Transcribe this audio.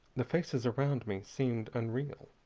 the faces around me seemed unreal.